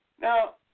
Now